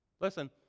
listen